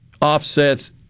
offsets